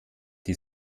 die